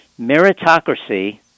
meritocracy